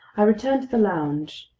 i returned to the lounge.